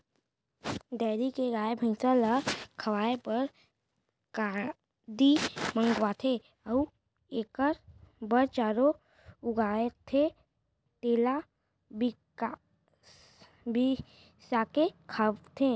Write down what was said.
dairy के गाय, भँइस ल खवाए बर कांदी मंगवाथें अउ एकर बर चारा उगाथें तेला बिसाके खवाथें